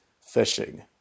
fishing